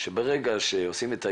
שברגע שעושים את האיכון,